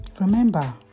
Remember